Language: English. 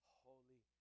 holy